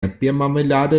erdbeermarmelade